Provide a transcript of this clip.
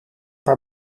haar